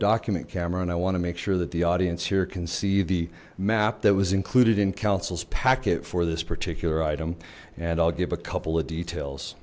document camera and i want to make sure that the audience here can see the map that was included in council's packet for this particular item and i'll give a couple of details